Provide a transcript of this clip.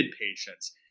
patients